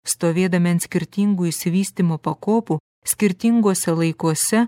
stovėdami ant skirtingų išsivystymo pakopų skirtinguose laikuose